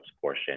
portion